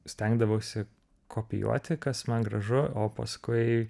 stengdavausi kopijuoti kas man gražu o paskui